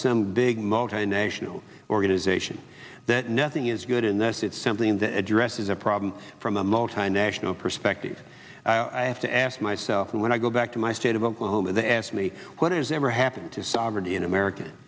some big multinational organization that nothing is good in this it's something that addresses the problem from a multinational perspective i have to ask myself when i go back to my state of oklahoma they asked me what is ever happened to sovereignty in america